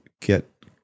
get